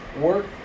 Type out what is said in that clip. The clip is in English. work